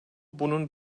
bunun